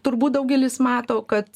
turbūt daugelis mato kad